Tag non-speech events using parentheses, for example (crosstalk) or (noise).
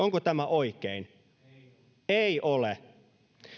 (unintelligible) onko tämä oikein ei ole toden